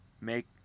make